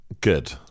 good